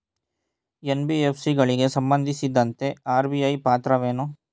NBFC ಗಳಿಗೆ ಸಂಬಂಧಿಸಿದಂತೆ RBI ಪಾತ್ರವೇನು?